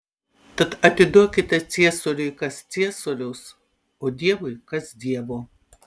tad atiduokite ciesoriui kas ciesoriaus o dievui kas dievo